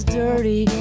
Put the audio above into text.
dirty